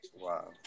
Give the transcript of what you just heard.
Wow